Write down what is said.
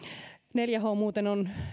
neljä h muuten on